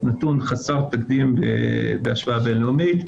נתון חסר תקדים בהשוואה בין-לאומית.